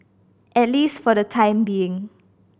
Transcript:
at least for the time being